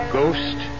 Ghost